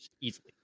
easily